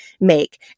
make